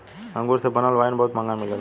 अंगूर से बनल वाइन बहुत महंगा मिलेला